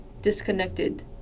disconnected